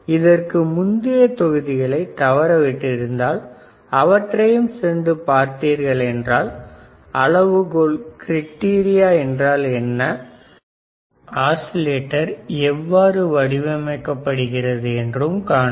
இதற்கு முந்தைய தொகுதிகளை தவற விட்டிருந்தால் அவற்றையும் சென்று பார்த்தீர்கள் என்றால் அளவுகோல் என்றால் என்ன என்றும் ஆஸிலேட்டர் எவ்வாறு வடிவமைக்கப்படுகிறது என்றும் காணுங்கள்